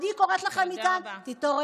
אני קוראת לכם מכאן: תתעוררו,